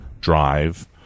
Drive